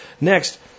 Next